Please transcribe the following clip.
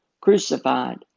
crucified